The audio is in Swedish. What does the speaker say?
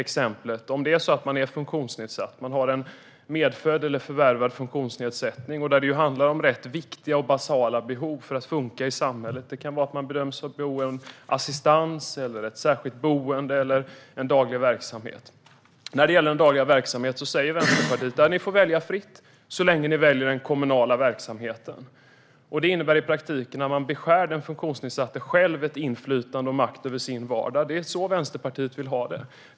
Har man en medfödd eller förvärvad funktionsnedsättning handlar det om basala och viktiga behov för att funka i samhället. Man kan bedömas ha behov av assistans, särskilt boende eller daglig verksamhet. När det gäller den dagliga verksamheten säger Vänsterpartiet i Göteborg att man får välja fritt så länge man väljer kommunal verksamhet. Det innebär i praktiken att man beskär de funktionsnedsattas inflytande och makt över sin vardag. Det är så Vänsterpartiet vill ha det.